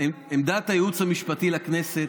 עמדת הייעוץ המשפטי לכנסת